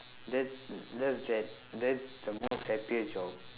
that's just that that's the most happiest job